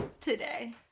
Today